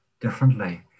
differently